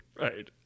right